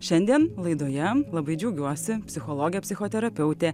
šiandien laidoje labai džiaugiuosi psichologė psichoterapeutė